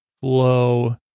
flow